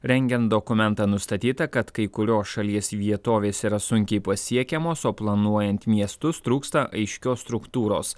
rengiant dokumentą nustatyta kad kai kurios šalies vietovės yra sunkiai pasiekiamos o planuojant miestus trūksta aiškios struktūros